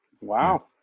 Wow